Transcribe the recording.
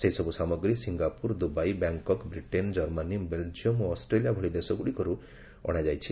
ସେହିସବୁ ସାମଗ୍ରୀ Singapore Dubai Bangkok Britain ଜର୍ମାନୀ ବେଲଜିୟମ୍ ଓ ଅଷ୍ଟ୍ରେଲିଆ ଭଳି ଦେଶଗୁଡ଼ିକରୁ ଅଣାଯାଇଛି